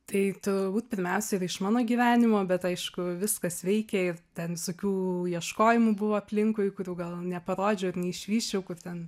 tai turbūt pirmiausia yra iš mano gyvenimo bet aišku viskas veikia ir ten visokių ieškojimų buvo aplinkui kurių gal neparodžiau ir neišvysčiau kur ten